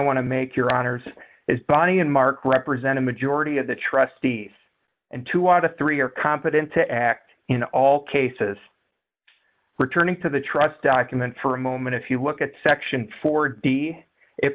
want to make your honour's is bonnie and mark represent a majority of the trustees and two of the three are competent to act in all cases returning to the trust document for a moment if you look at section four d it